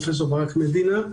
הפרופסור ברק מדינה: